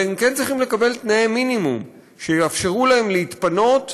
אבל הם כן צריכים לקבל תנאי מינימום שיאפשרו להם להתפנות